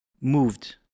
moved